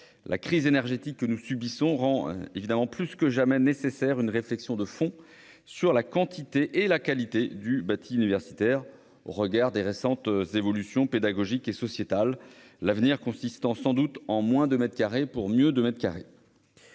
La crise énergétique que nous subissons rend plus que jamais nécessaire une réflexion de fond sur la quantité et la qualité du bâti universitaire au regard des récentes évolutions pédagogiques et sociétales, l'avenir consistant sans doute en « moins de mètres carrés » pour « mieux de mètres carrés